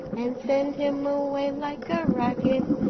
and sent him away like a rocket.